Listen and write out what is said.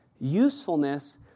Usefulness